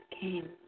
came